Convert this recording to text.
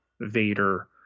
Vader